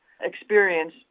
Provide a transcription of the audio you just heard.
experience